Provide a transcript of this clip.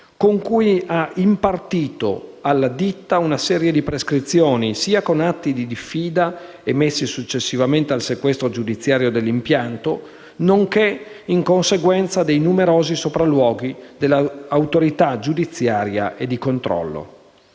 con cui ha impartito alla ditta una serie di prescrizioni, sia con atti di diffida emessi successivamente al sequestro giudiziario dell'impianto, nonché in conseguenza dei numerosi sopralluoghi dell'autorità giudiziaria e di controllo.